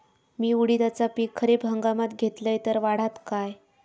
मी उडीदाचा पीक खरीप हंगामात घेतलय तर वाढात काय?